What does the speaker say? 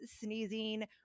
sneezing